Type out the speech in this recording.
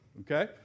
Okay